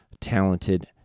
talented